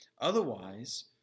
Otherwise